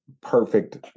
perfect